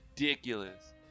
ridiculous